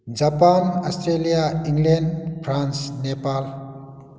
Japan Australia England France Nepal